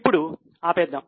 ఇప్పుడు ఆపేద్దాం